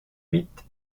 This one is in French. huit